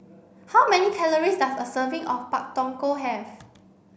how many calories does a serving of Pak Thong Ko have